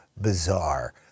bizarre